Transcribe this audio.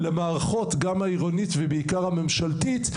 למערכות גם העירונית ובעיקר הממשלתית,